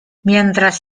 mientras